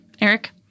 Eric